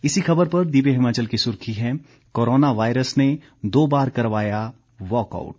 इसी खबर पर दिव्य हिमाचल की सुर्खी है कोरोना वायरस ने दो बार करवाया वाकआउट